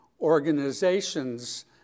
organizations